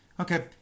Okay